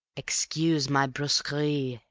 excuse my brusquerie,